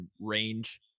range